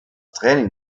training